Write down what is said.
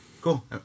cool